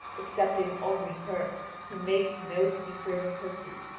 excepting only her who makes no secret of her grief.